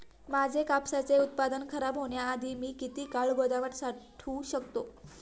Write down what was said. माझे कापसाचे उत्पादन खराब होण्याआधी मी किती काळ गोदामात साठवू शकतो?